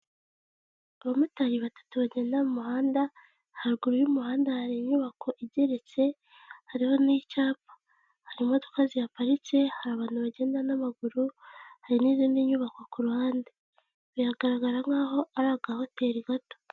Abamotari batatu bagenda mu muhanda, haruguru y'umuhanda hari inyubako igeretse hariho n'icyapa, hari imodoka zihaparitse, hari abantu bagenda n'amaguru, hari n'izindi nyubako ku ruhande. Biragaragara nk'aho ari agahoteli gato.